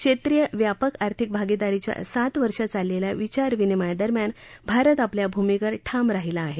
क्षेत्रीय व्यापक आर्थिक भागिदारीच्या सात वर्ष चाललेल्या विचार विनिमयादरम्यान भारत आपल्या भूमिकेवर ठाम राहिला आहे